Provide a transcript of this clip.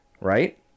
Right